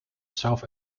south